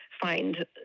find